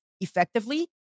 effectively